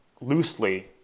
loosely